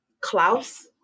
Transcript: Klaus